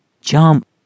Jump